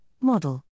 model